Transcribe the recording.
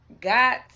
Got